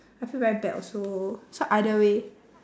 I feel very bad also so either way